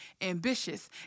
ambitious